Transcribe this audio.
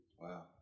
Wow